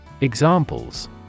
Examples